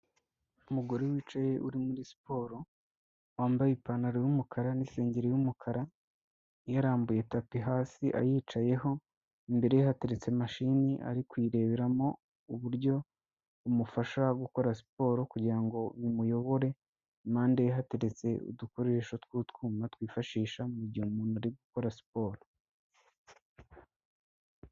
Umugore wicaye uri muri siporo, wambaye ipantaro y'umukara n'insengeri y'umukara, yarambuye tapi hasi ayicayeho, imbere ye hateretse mashini ari kuyireberamo uburyo bumufasha gukora siporo kugira ngo bimuyobore. Impande ye hateretse udukoresho tw'utwuma twifashisha mu gihe umuntu ari gukora siporo.